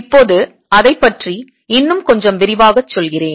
இப்போது அதைப் பற்றி இன்னும் கொஞ்சம் விரிவாகச் சொல்கிறேன்